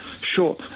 sure